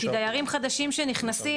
כי דיירים חדשים שנכנסים,